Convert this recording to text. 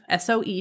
SOE